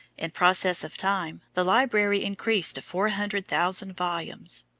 in process of time the library increased to four hundred thousand volumes.